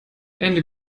ende